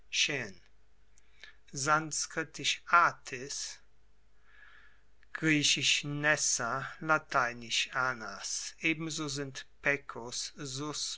sanskritisch tis griechisch lateinisch anas ebenso sind